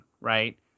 right